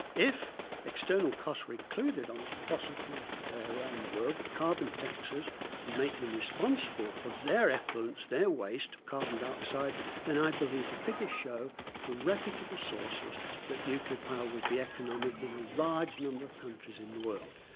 if external costs were included on fossil fuels today around the world with carbon taxes and make them responsible for their effluents, their waste carbon dioxide then i believe the figures show from reputable sources that nuclear power will be economic in a large number of countries in the world.